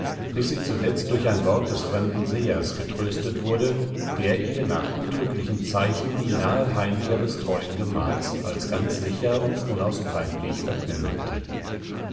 bis sie zuletzt durch ein wort des fremden sehers getröstet wurde der ihr nach untrüglichen zeichen die nahe heimkehr des teuern gemahls als ganz sicher und unausbleiblich verkündigte